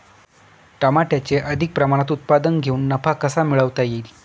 टमाट्याचे अधिक प्रमाणात उत्पादन घेऊन नफा कसा मिळवता येईल?